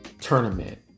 Tournament